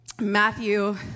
Matthew